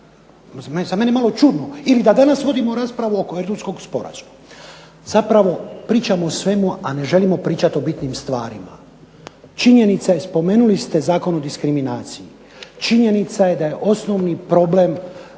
za mene malo čudno. Ili da danas vodimo raspravu oko Erdutskog sporazuma. Zapravo pričamo o svemu a ne želimo pričati o bitnim stvarima. Činjenica je i spomenuli ste Zakon o diskriminaciji, činjenica je da je osnovni problem